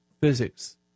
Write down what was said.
physics